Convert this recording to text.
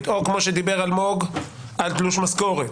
או כמו שדיבר אלמוג על תלוש משכורת.